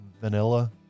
Vanilla